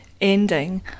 ending